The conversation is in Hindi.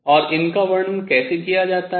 और इनका वर्णन कैसे किया जाता है